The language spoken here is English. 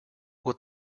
what